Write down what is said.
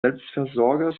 selbstversorger